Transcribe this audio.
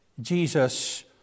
Jesus